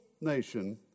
nation